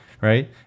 right